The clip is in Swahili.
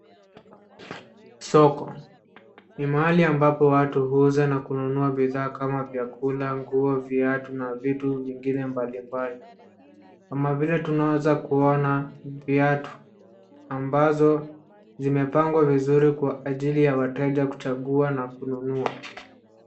Soko, ni mahali ambapo watu huuza na kununua bidhaa kama vyakula, nguo, viatu na vitu vingine mbalimbali, kama vile tunaweza kuona viatu, ambazo zimepangwa vizuri kwa ajili ya wateja kuchagua na kununua.